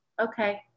Okay